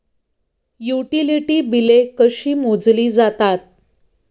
Utility बिले कशी मोजली जातात?